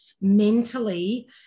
mentally